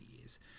years